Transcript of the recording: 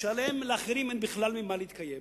כשלאחרים אין בכלל ממה להתקיים?